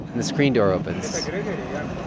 the screen door opens gregory um